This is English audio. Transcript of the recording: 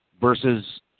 versus